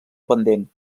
pendent